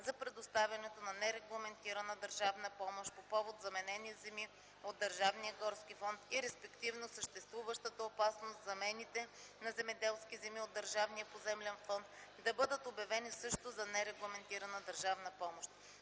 за предоставянето на нерегламентирана държавна помощ по повод заменени земи от държавния горски фонд и респективно съществуващата опасност замените на земеделски земи от държавния поземлен фонд да бъдат обявени също за нерегламентирана държавна помощ.